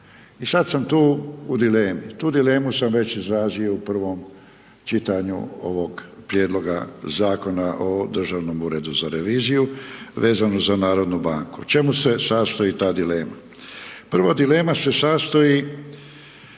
I sad sam tu u dilemi. Tu dilemu sam već izrazio u prvom čitanju ovog prijedloga Zakona o Državnom uredu za reviziju vezano za narodnu banku. U čemu se sastoji ta dilema? Prvo, dilema se sastoji